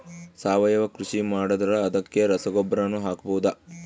ಸಾವಯವ ಕೃಷಿ ಮಾಡದ್ರ ಅದಕ್ಕೆ ರಸಗೊಬ್ಬರನು ಹಾಕಬಹುದಾ?